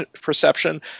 perception